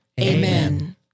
Amen